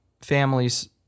families